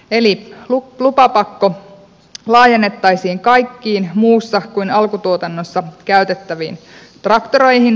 eli lupapakko laajennettaisiin kaikkiin muussa kuin alkutuotannossa käytettäviin traktoreihin